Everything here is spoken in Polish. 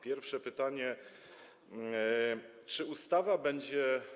Pierwsze pytanie, czy ustawa będzie.